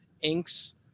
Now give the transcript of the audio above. inks